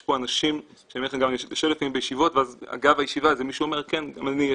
יש פה אנשים שלפעמים אני יושב בישיבות ואגב הישיבה מישהו אומר: גם אני,